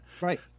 Right